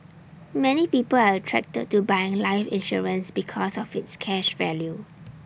many people are attracted to buying life insurance because of its cash value